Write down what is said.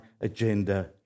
agenda